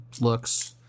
looks